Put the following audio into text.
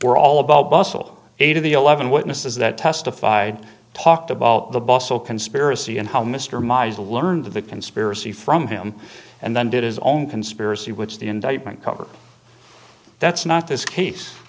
were all about bustle eight of the eleven witnesses that testified talked about the bustle conspiracy and how mr mize learned of the conspiracy from him and then did his own conspiracy which the indictment cover that's not this case